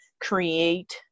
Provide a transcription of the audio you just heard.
create